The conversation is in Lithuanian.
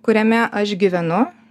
kuriame aš gyvenu